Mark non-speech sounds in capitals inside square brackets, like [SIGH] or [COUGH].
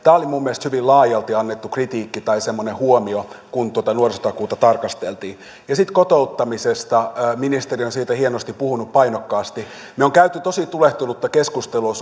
oli minun mielestäni hyvin laajalti annettu kritiikki tai semmoinen huomio kun tuota nuorisotakuuta tarkasteltiin ja sitten kotouttamisesta ministeri on siitä hienosti puhunut painokkaasti me olemme käyneet tosi tulehtunutta keskustelua [UNINTELLIGIBLE]